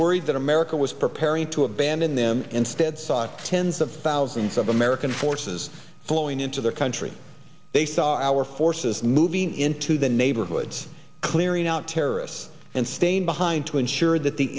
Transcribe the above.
worried that america was preparing to abandon them instead saw tens of thousands of american forces flowing into their country they saw our forces moving into the neighborhoods clearing out terrorists and staying behind to ensure that the